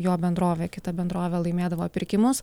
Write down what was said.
jo bendrovė kita bendrovė laimėdavo pirkimus